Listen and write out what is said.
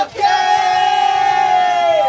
Okay